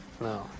No